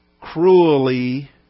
cruelly